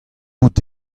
out